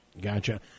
Gotcha